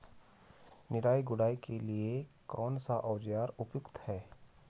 निराई गुड़ाई के लिए कौन सा औज़ार उपयुक्त है?